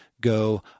go